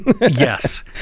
Yes